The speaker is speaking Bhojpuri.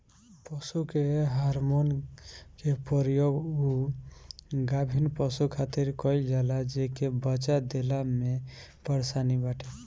पशु के हार्मोन के प्रयोग उ गाभिन पशु खातिर कईल जाला जेके बच्चा देला में परेशानी बाटे